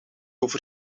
over